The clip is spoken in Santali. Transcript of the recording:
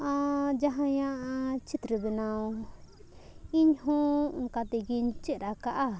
ᱟᱨ ᱡᱟᱦᱟᱸᱭᱟᱜ ᱪᱤᱛᱨᱚ ᱵᱮᱱᱟᱣ ᱤᱧ ᱦᱚᱸ ᱚᱱᱠᱟ ᱛᱮᱜᱮᱧ ᱪᱮᱫ ᱟᱠᱟᱫᱟ